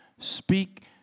Speak